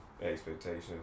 Expectations